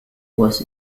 was